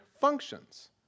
functions